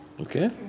Okay